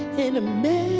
in a manger